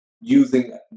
using